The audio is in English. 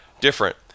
different